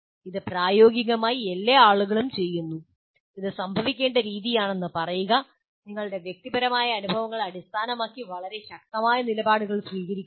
ഇത് പ്രായോഗികമായി എല്ലാ ആളുകളും ചെയ്യുന്നു ഇത് സംഭവിക്കേണ്ട രീതിയാണെന്ന് പറയുക നിങ്ങളുടെ വ്യക്തിപരമായ അനുഭവങ്ങളെ അടിസ്ഥാനമാക്കി വളരെ ശക്തമായ നിലപാടുകൾ സ്വീകരിക്കരുത്